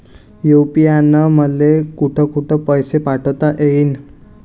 UPI न मले कोठ कोठ पैसे पाठवता येईन?